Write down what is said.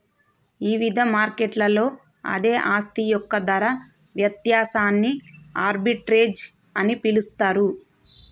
ఇవిధ మార్కెట్లలో అదే ఆస్తి యొక్క ధర వ్యత్యాసాన్ని ఆర్బిట్రేజ్ అని పిలుస్తరు